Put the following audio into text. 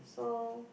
so